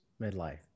midlife